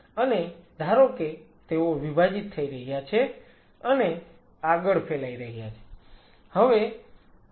અને ધારો કે તેઓ વિભાજીત થઈ રહ્યા છે અને આગળ ફેલાઈ રહ્યા છે